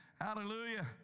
Hallelujah